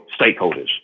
stakeholders